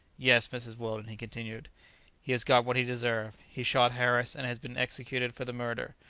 yes, mrs. weldon, he continued he has got what he deserved he shot harris, and has been executed for the murder.